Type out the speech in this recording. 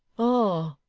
ah